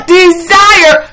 desire